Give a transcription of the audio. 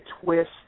twist